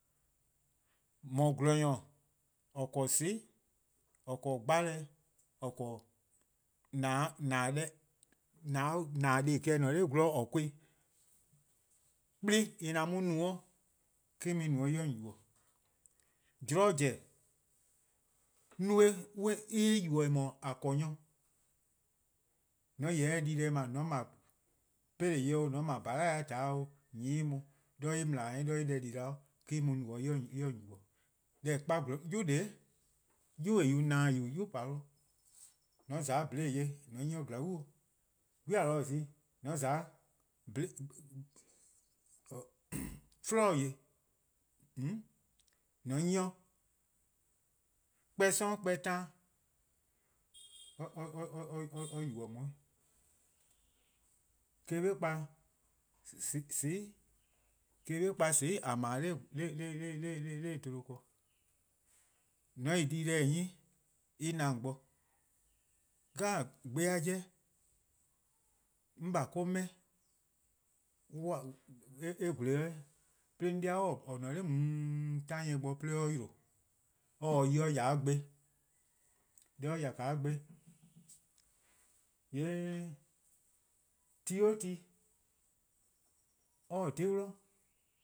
:Mor :gwlor-nyor: :or 'ble-a :soon'+, :or 'ble-a gbalor:+, :or 'ble-a :nena: deh, :nena: :deh+ klehkpeh :en :ne-a 'nor :gwlor or 'ble-ih-a, kplen :an mu-a no-' eh-: mu-eh no-' 'de en 'ye :on yubo:. :mor zorn zen no-eh en 'ye-eh yubo: en :mor :a 'ble nyor. :an :yeh se dii-deh 'ble :mor :on 'ble 'peleh buo-:, :on 'ble :bhala-eh :ta 'o 'nyi-ih-uh. 'de en deh di 'da eh-: mu-eh no-' en 'ye :on yubo:. 'yu-yu: nyor-a na-dih-a :or no-a 'yu :paluh' :mor :on :za 'o 'bhlee: yor-eh :on 'nyi or zorn bo, glu taa gor :on :za 'floror' yor-eh :on 'nyi or, kpor+ 'sororn' kpor+ taan :yee' or yubo on 'weh. Eh-: :korn 'be kpa :soon'+, eh-: korn 'be kpa :soon' :a 'ble-a dha 'bluhba ken. :mor :on taa-ih di-deh 'nyi, :yee' en na :on bo. Gbe 'jeh :ne :daa-a 'je :ke, 'on :baa or-: 'meh, eh :gle 'o 'weh, 'de 'an 'de-di :on :ne-a 'nor 'de or 'yle or :ta 'd yi or :ya 'de gbe. Deh or :yaa 'de gbe, :yee' ti 'o ti or-; :dhe-dih